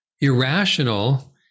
irrational